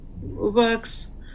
works